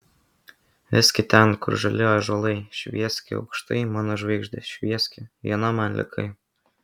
veski ten kur žali ąžuolai švieski aukštai mano žvaigžde švieski viena man likai